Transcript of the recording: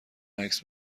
عکس